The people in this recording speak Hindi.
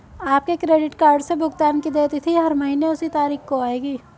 आपके क्रेडिट कार्ड से भुगतान की देय तिथि हर महीने उसी तारीख को आएगी